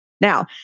Now